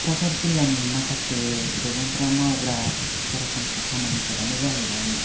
क'क्राझार जिल्लानि माखासे सुबुंफ्रा मावग्रा सरासनस्रा खामानिफोरानो जाहैबाय